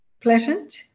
Pleasant